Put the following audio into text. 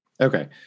Okay